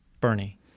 Bernie